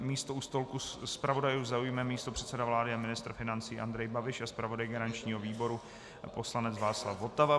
Místo u stolku zpravodajů zaujme místopředseda vlády a ministr financí Andrej Babiš a zpravodaj garančního výboru poslanec Václav Votava.